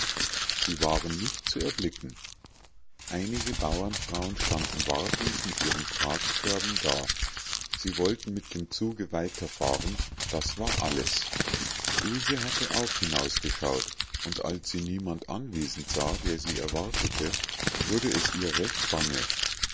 sie waren nicht zu erblicken einige bauernfrauen standen wartend mit ihren tragkörben da sie wollten mit dem zuge weiterfahren das war alles ilse hatte auch hinausgeschaut und als sie niemand anwesend sah der sie erwartete wurde es ihr recht bange